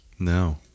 No